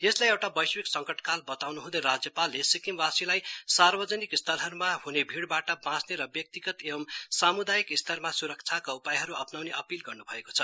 यसलाई एउटा वैश्विक संकटकाल बताउनु ह्दै राज्यपालले सिक्किमवासीलाई सार्वजनिक स्थालहरूमा ह्ने भीड़बाट बाँच्ने र व्यक्तिगतएंव सामुदायिक स्तरमा सुरक्षाका उपायहरू अप्नाउने अपील गर्नु भएको छ